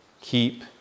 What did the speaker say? keep